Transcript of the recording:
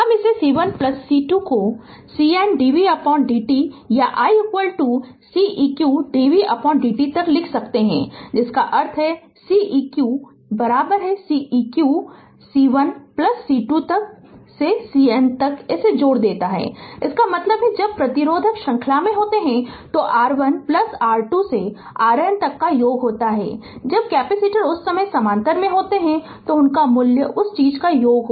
Refer slide time 1347 हम इसे C1 C2 को CN dvdt या i Ceq dvdt तक लिख सकते है इसका अर्थ है Ceq Ceq C1 C2 तक CN इसे जोड़ देता है इसका मतलब है कि जब प्रतिरोधक श्रृंखला में होते हैं तो r 1 r 2 से r n तक का योग होता है जब कैपेसिटर उस समय समानांतर में होते हैं तो उनका मूल्य उस चीज़ का योग होगा